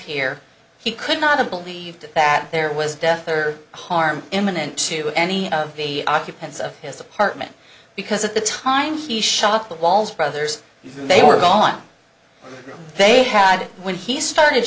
here he could not have believed that there was death or harm imminent to any of the occupants of his apartment because at the time he shot the walls brothers they were gone they had when he started